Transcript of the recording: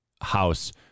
house